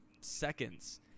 seconds